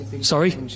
Sorry